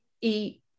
Eat